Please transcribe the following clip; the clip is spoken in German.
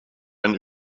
ein